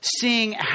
seeing